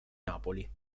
napoli